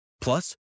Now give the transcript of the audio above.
Plus